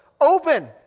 open